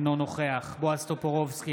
אינו נוכח בועז טופורובסקי,